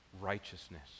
righteousness